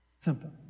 Simple